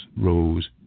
rose